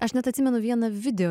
aš net atsimenu vieną video